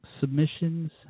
submissions